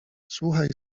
słuchaj